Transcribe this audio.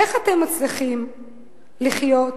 איך אתם מצליחים לחיות,